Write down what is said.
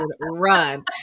run